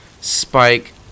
spike